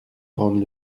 grandes